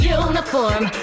uniform